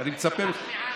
אני מצפה ממך,